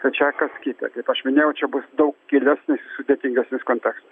tai čia kas kita kaip aš minėjau čia bus daug gilesnis ir sudėtingesnis kontekstas